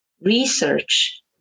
research